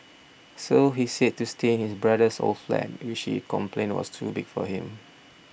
so he said to stay in his brother's old flat which he complained was too big for him